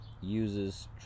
uses